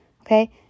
Okay